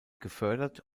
gefördert